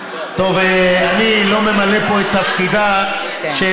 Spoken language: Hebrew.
אני לא ממלא פה את תפקידה של